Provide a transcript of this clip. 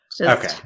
okay